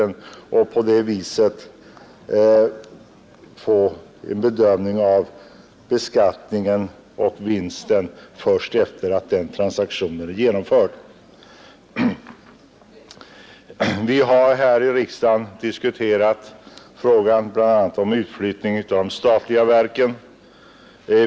Man skall sålunda kunna få en bedömning av beskattningen på vinsten först efter det att den transaktionen är genomförd. Vi har här i riksdagen diskuterat bl.a. frågan om utflyttning av de statliga verken.